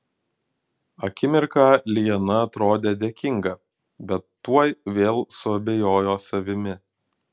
akimirką liana atrodė dėkinga bet tuoj vėl suabejojo savimi